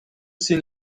see